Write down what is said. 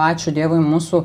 ačiū dievui mūsų